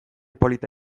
polita